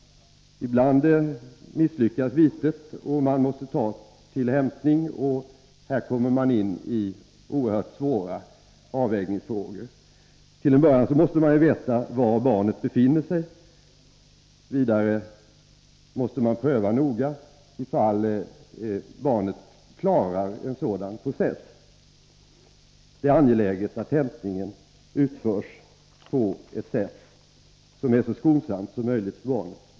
Ibland misslyckas vitet, och man måste ta till hämtning. Då kommer man in i en oerhört svår avvägningssituation. Till en början måste man ju veta var barnet befinner sig. Vidare måste man noga pröva ifall barnet klarar en sådan process. Det är angeläget att hämtningen utförs på ett sätt som är så skonsamt som möjligt för barnet.